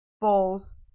balls